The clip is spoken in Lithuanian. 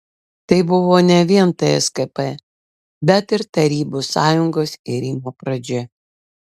tai buvo ne vien tskp bet ir tarybų sąjungos irimo pradžia